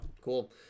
Cool